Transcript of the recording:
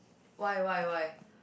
why why why